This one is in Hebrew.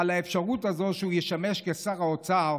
על האפשרות הזאת שהוא ישמש שר האוצר,